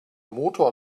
motor